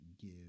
give